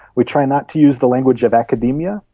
we try not to use the language of academia,